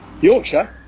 Yorkshire